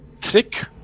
trick